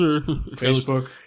Facebook